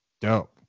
Dope